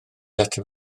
ateb